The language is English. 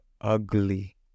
ugly